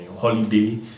holiday